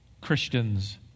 Christians